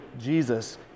Jesus